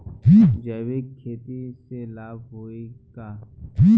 जैविक खेती से लाभ होई का?